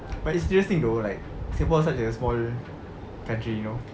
but seriously though like singapore is such a small country you know